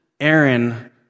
Aaron